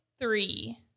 Three